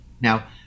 Now